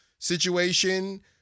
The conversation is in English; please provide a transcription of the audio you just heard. Situation